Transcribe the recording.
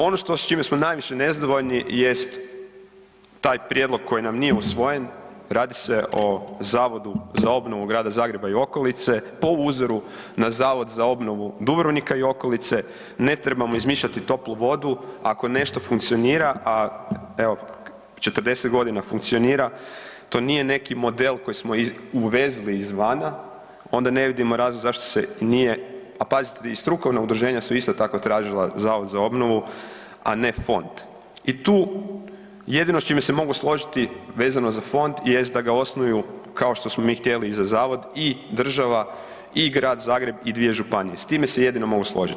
Ono s čime smo najviše nezadovoljni jest taj prijedlog koji nam nije usvojen, radi se o Zavodu za obnovu Grada Zagreba i okolice po uzoru na Zavod za obnovu Dubrovnika i okolice, ne trebamo izmišljati toplu vodu, ako nešto funkcionira, a evo 40.g. funkcionira, to nije neki model koji smo uvezli izvana, onda ne vidimo razlog zašto se nije, a pazite i strukovna udruženja su isto tako tražila Zavod za obnovu, a ne fond i tu jedino s čime se mogu složiti vezano za fond jest da ga osnuju kao što smo mi htjeli i za zavod i država i Grad Zagreb i dvije županije, s time se jedino mogu složit.